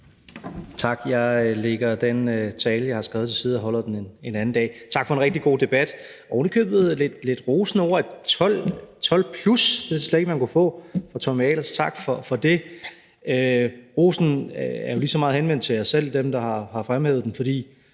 Tak. Jeg lægger den tale, jeg har skrevet, til side og holder den en anden dag. Tak for en rigtig god debat. Der var ovenikøbet lidt rosende ord: 12 plus – det vidste jeg slet ikke at man kunne få – fra Tommy Ahlers. Tak for det. Rosen er jo lige så meget henvendt til jer selv, dem, der har fremhævet den, fordi